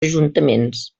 ajuntaments